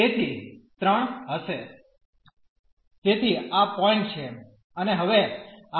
તેથી આ પોઈન્ટ ઓ છે અને હવે આપણે ઇન્ટીગ્રેટ કરવા માંગીએ છીએ